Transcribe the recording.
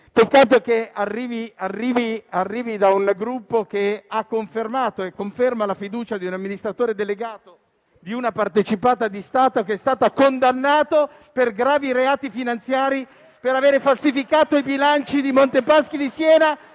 peccato che arrivi da un Gruppo che ha confermato e conferma la fiducia di un amministratore delegato di una partecipata di Stato che è stato condannato per gravi reati finanziari, per avere falsificato i bilanci di Monte Paschi di Siena.